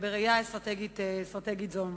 מדיניות בראייה אסטרטגית זו.